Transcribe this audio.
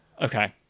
Okay